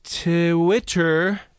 Twitter